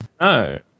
No